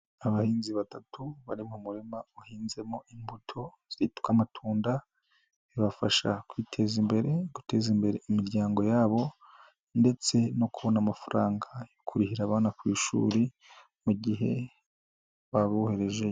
Abahinzi batatu bari mu murima uhinzemo imbuto zitwa amatunda, bibafasha kwiteza imbere, guteza imbere imiryango yabo ndetse no kubona amafaranga yo kurihira abana ku ishuri, mu gihe babohereje.